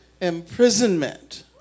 imprisonment